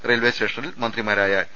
railway സ്റ്റേഷനിൽ മന്ത്രിമാരായ T